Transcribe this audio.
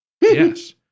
Yes